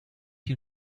you